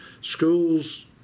Schools